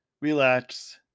relax